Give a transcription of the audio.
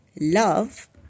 love